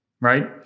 right